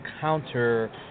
counter